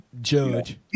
Judge